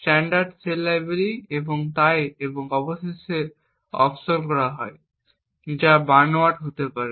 standard cell library এবং তাই এবং অবশেষে অফশোর করা হয় যা বানোয়াট হতে পারে